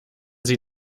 sie